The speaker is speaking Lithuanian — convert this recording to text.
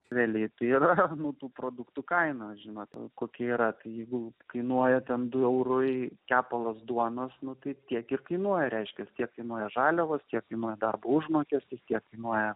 velėti ir nu tų produktų kainos žinote kokie yra pinigų kainuoja ten du eurai kepalas duonos nupirkti tiek kiek kainuoja reiškia kiek kainuoja žaliavos kiek kainuoja darbo užmokestis kiek kainuoja